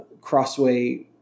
Crossway